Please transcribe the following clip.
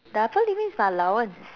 the upper limit is my allowance